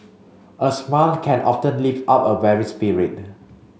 a smile can often lift up a weary spirit